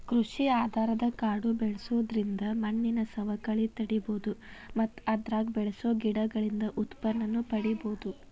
ಕೃಷಿ ಆಧಾರದ ಕಾಡು ಬೆಳ್ಸೋದ್ರಿಂದ ಮಣ್ಣಿನ ಸವಕಳಿ ತಡೇಬೋದು ಮತ್ತ ಅದ್ರಾಗ ಬೆಳಸೋ ಗಿಡಗಳಿಂದ ಉತ್ಪನ್ನನೂ ಪಡೇಬೋದು